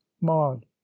Maud